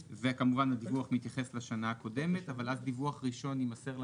כמובן הדיווח מתייחס לשנה הקודמת אבל אז דיווח ראשון יימסר לנו,